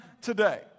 today